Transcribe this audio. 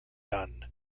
done